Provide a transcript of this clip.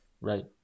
Right